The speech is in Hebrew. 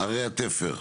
ערי התפר.